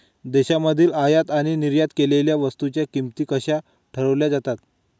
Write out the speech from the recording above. देशांमधील आयात आणि निर्यात केलेल्या वस्तूंच्या किमती कशा ठरवल्या जातात?